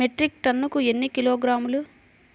Metric టన్నుకు ఎన్ని కిలోగ్రాములు?